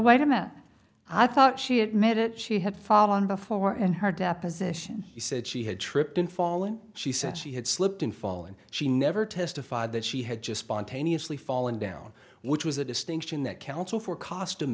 wait a minute i thought she admitted she had fallen before in her deposition she said she had tripped and fallen she said she had slipped and fallen she never testified that she had just spontaneously fallen down which was a distinction that counsel for cost